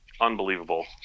Unbelievable